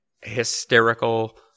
hysterical